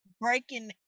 breaking